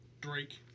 Drake